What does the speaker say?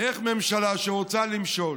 ממשלה שרוצה למשול,